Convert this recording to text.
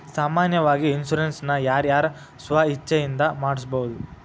ಸಾಮಾನ್ಯಾವಾಗಿ ಇನ್ಸುರೆನ್ಸ್ ನ ಯಾರ್ ಯಾರ್ ಸ್ವ ಇಛ್ಛೆಇಂದಾ ಮಾಡ್ಸಬೊದು?